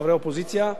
שחשבתי שהן הגיוניות.